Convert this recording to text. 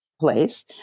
place